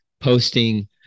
posting